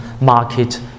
market